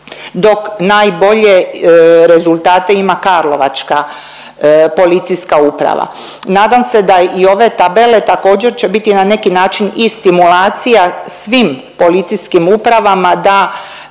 dok najbolje rezultate ima karlovačka policijska uprava. Nadam se da i ove tabele također će biti na neki način i stimulacija svim policijskim upravama da